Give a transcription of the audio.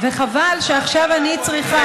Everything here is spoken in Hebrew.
וחבל שעכשיו אני צריכה,